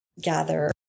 gather